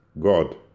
god